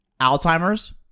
Alzheimer's